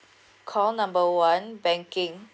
call number one banking